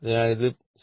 അതിനാൽ ഇത് 0